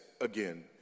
again